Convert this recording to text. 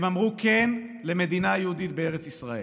הם אמרו כן למדינה יהודית בארץ ישראל,